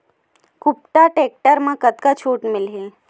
कुबटा टेक्टर म कतका छूट मिलही?